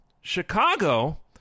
Chicago